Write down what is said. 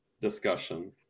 discussion